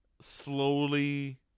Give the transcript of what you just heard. slowly